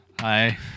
Hi